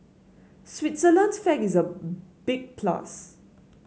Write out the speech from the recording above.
Switzerland's flag is a big plus